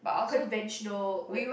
conventional like